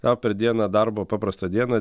o per dieną darbo paprastą dieną